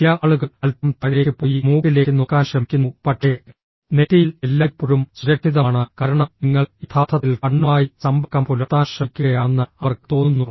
ചില ആളുകൾ അൽപ്പം താഴേക്ക് പോയി മൂക്കിലേക്ക് നോക്കാൻ ശ്രമിക്കുന്നു പക്ഷേ നെറ്റിയിൽ എല്ലായ്പ്പോഴും സുരക്ഷിതമാണ് കാരണം നിങ്ങൾ യഥാർത്ഥത്തിൽ കണ്ണുമായി സമ്പർക്കം പുലർത്താൻ ശ്രമിക്കുകയാണെന്ന് അവർക്ക് തോന്നുന്നു